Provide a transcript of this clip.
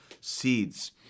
seeds